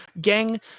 gang